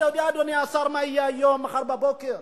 אתה יודע, אדוני השר, מה יהיה היום, מחר בבוקר?